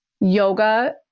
yoga